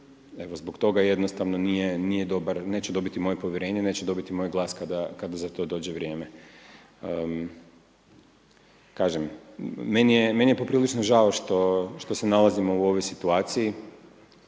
evo zbog toga jednostavno nije dobar, neće dobiti moje povjerenje, neće dobiti moj glas kada za to dođe vrijeme. Kažem, meni je poprilično žao što se nalazimo u ovoj situaciji,